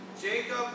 Jacob